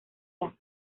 las